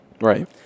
Right